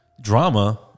drama